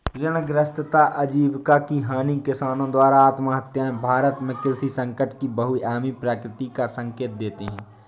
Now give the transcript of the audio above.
ऋणग्रस्तता आजीविका की हानि किसानों द्वारा आत्महत्याएं भारत में कृषि संकट की बहुआयामी प्रकृति का संकेत देती है